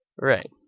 Right